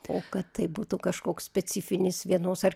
o kad tai būtų kažkoks specifinis vienos ar